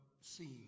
seeing